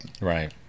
Right